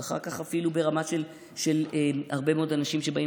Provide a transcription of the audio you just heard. ואחר כך אפילו ברמה שהרבה מאוד אנשים שבאים